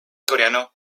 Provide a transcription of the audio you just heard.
coreano